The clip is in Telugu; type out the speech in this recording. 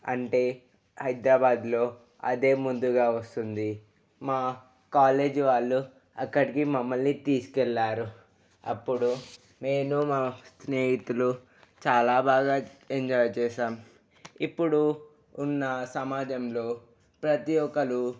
అంటే హైదరాబాద్లో అదే ముందుగా వస్తుంది మా కాలేజీ వాళ్ళు అక్కడికి మమ్మల్ని తీసుకెళ్లారు అప్పుడు నేను మా స్నేహితులు చాలా బాగా ఎంజాయ్ చేశాం ఇప్పుడు ఉన్న సమాజంలో ప్రతి ఒక్కళ్ళు